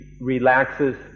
relaxes